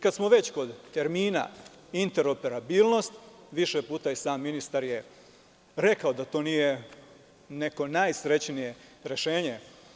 Kada smo već kod termina interoperabilnost, više puta je i sam ministar rekao da to nije neko najsrećnije rešenje.